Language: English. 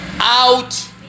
out